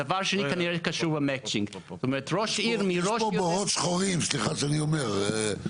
יש פה בורות שחורים, סליחה שאני אומר.